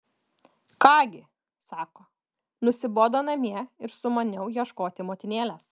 ką gi sako nusibodo namie ir sumaniau ieškoti motinėlės